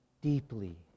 deeply